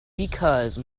because